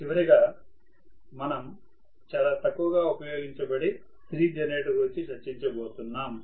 చివరగా మనం చాలా తక్కువ గా ఉపయోగించబడే సిరీస్ జెనరేటర్ గురించి చర్చించబోతున్నాం